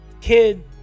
kid